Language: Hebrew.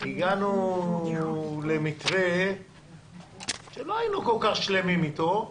הגענו למתווה שלא היינו כל כך שלמים איתו,